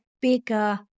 bigger